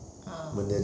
ah